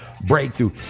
breakthrough